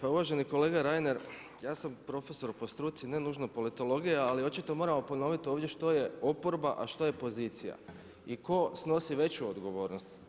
Pa uvaženi kolega Reiner ja sam profesor po struci, ne nužno politologija, ali očito moram vam ponoviti ovdje što je oporba a što je pozicija i tko snosi veću odgovornost.